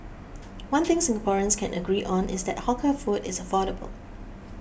one thing Singaporeans can agree on is that hawker food is affordable